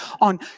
on